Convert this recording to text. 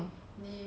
感动